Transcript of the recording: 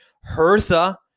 Hertha